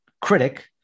critic